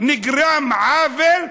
נגרם עוול,